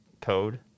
code